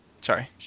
Sorry